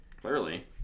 Clearly